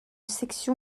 section